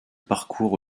parcours